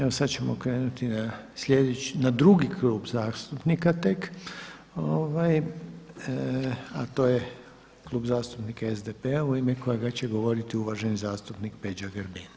Evo, sada ćemo krenuti na drugi klub zastupnika tek, a to je Klub zastupnika SDP-a u ime kojega će govoriti uvaženi zastupnik Peđa Grbin.